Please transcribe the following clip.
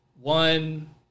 one